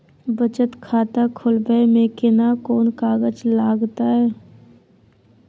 बचत खाता खोलबै में केना कोन कागज लागतै?